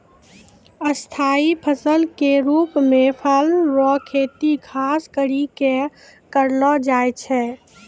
स्थाई फसल के रुप मे फल रो खेती खास करि कै करलो जाय छै